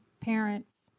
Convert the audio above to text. parents